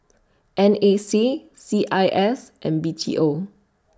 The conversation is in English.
N A C C I S and B T O